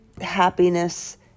happiness